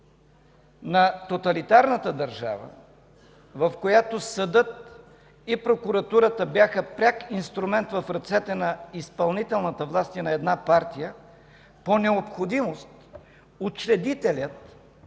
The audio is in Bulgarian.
на тоталитарната държава, в която съдът и прокуратурата бяха пряк инструмент в ръцете на изпълнителната власт и на една партия по необходимост, учредителят